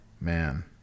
Man